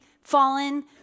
fallen